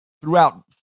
throughout